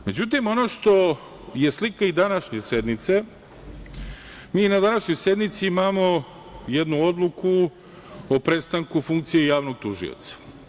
Međutim, ono što je i slika i današnje sednice, mi na današnjoj sednici imamo jednu odluku o prestanku funkcija javnog tužioca.